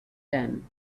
done